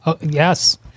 Yes